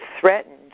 threatened